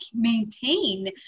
maintain